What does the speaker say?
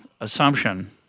assumption